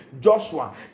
Joshua